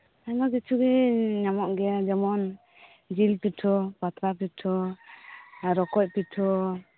ᱟᱭᱢᱟᱠᱤᱪᱷᱩᱜᱤ ᱧᱟᱢᱚᱜ ᱜᱮᱭᱟ ᱡᱮᱢᱚᱱ ᱡᱤᱞᱯᱤᱴᱷᱟᱹ ᱯᱟᱛᱲᱟ ᱯᱤᱴᱷᱟᱹ ᱨᱚᱠᱚᱡ ᱯᱤᱴᱷᱟᱹ